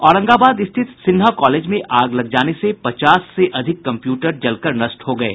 औरंगाबाद स्थित सिन्हा कॉलेज में आग लग जाने से पचास से अधिक कम्प्यूटर जलकर नष्ट हो गये